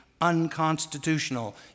unconstitutional